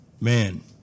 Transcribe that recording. Man